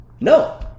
no